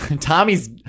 Tommy's